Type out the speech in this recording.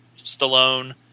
Stallone